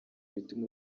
bituma